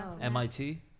MIT